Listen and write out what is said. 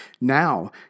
Now